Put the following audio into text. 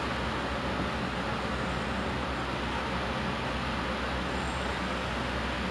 kenangan kenangan yang lalu !ee! I don't know I cringe